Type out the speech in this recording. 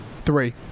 Three